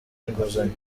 inguzanyo